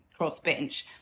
crossbench